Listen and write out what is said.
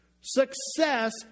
Success